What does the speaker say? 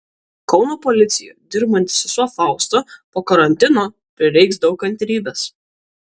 kauno policijoje dirbanti sesuo fausta po karantino prireiks daug kantrybės